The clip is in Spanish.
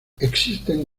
existen